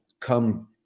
come